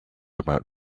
about